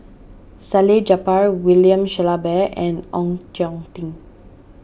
Salleh Japar William Shellabear and Ong Tjoe Tim